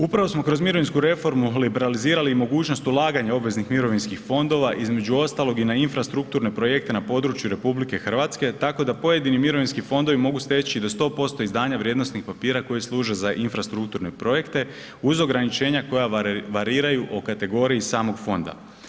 Upravo smo kroz mirovinsku reformu liberalizirali i mogućnost ulaganja obveznih mirovinskih fondova između ostalog i na infrastrukturne projekte na području RH, tako da pojedini mirovinski fondovi mogu steći do 100% izdanja vrijednosnih papira koji služe za infrastrukturne projekte uz ograničenja koja variraju o kategoriji samog fonda.